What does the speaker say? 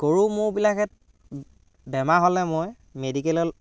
গৰু ম'হবিলাকহেঁত বেমাৰ হ'লে মই মেডিকেলল